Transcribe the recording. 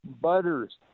Butters